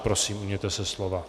Prosím, ujměte se slova.